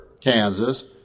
Kansas